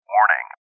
Warning